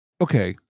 Okay